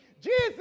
Jesus